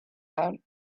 out